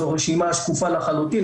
זו רשימה שקופה לחלוטין,